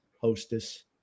Hostess